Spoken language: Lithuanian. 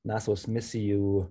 nasos misijų